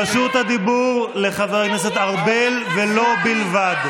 רשות הדיבור לחבר הכנסת ארבל ולו בלבד.